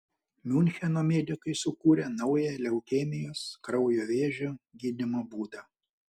miuncheno medikai sukūrė naują leukemijos kraujo vėžio gydymo būdą